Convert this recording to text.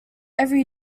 every